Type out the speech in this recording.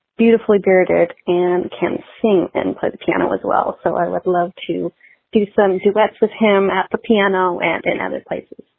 beautifully burgard and can sing and play the piano as well. so i would love to do something to mess with him at the piano and in other places.